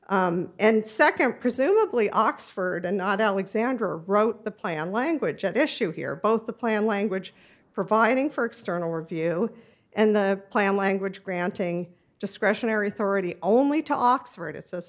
default and second presumably oxford and not alexander wrote the play on language at issue here both the plan language providing for external review and the plan language granting discretionary authority only to oxford it